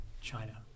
China